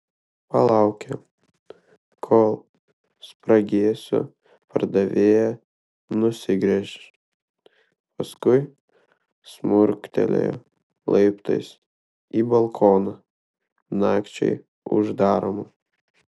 palaukė kol spragėsių pardavėja nusigręš paskui šmurkštelėjo laiptais į balkoną nakčiai uždaromą